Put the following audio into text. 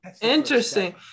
Interesting